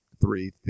three